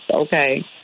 okay